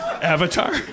Avatar